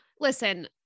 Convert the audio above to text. Listen